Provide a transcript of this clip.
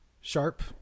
sharp